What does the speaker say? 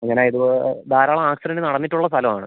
അങ്ങനെ ഇത് ധാരാളം ആക്സിഡൻറ്റ് നടന്നിട്ടുള്ള സ്ഥലമാണ്